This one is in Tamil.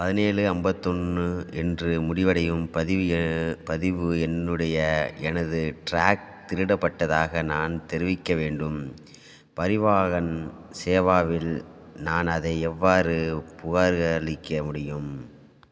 பதினேழு ஐம்பத்தொன்னு என்று முடிவடையும் பதிவு எ பதிவு எண்ணுடைய எனது ட்ராக் திருடப்பட்டதாக நான் தெரிவிக்க வேண்டும் பரிவாஹன் சேவாவில் நான் அதை எவ்வாறு புகாரளிக்க முடியும்